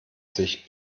sich